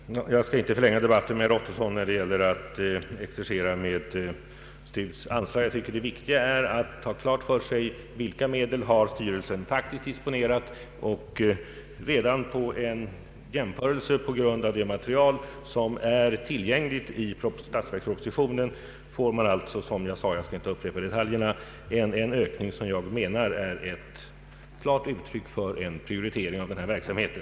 Herr talman! Jag skall inte förlänga debatten med herr Ottosson när det gäller att exercera med STU:s anslag. Det viktiga är att ha klart för sig vilka medel som styrelsen faktiskt har disponerat. Redan vid en jämförelse på grund av det material som är tillgängligt i statsverkspropositionen står det som jag sade klart — jag skall inte upprepa detaljerna — att en ökning har skett som jag menar är ett klart uttryck för en prioritering av ifrågavarande verksamhet.